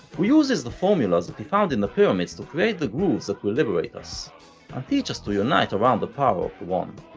who uses the formulas that he found in the pyramids to create the grooves that will liberate us, and teach us to unite around the power of the one.